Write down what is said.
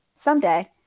Someday